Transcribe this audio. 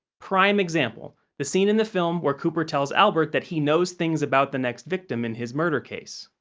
prime example the scene in the film where cooper tells albert that he knows things about the next victim in his murder case.